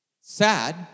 Sad